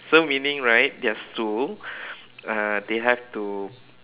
so meaning right their stool uh they have to